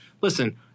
listen